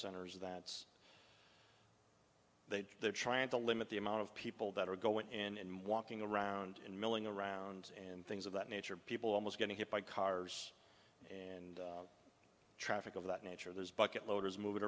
centers that it's they they're trying to limit the amount of people that are going in and walking around and milling around and things of that nature people almost getting hit by cars and traffic of that nature there's bucket loaders mov